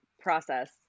process